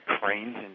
cranes